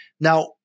Now